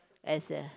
as a